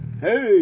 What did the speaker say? Hey